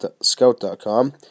scout.com